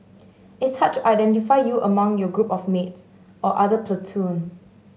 it's hard to identify you among your group of mates or other platoon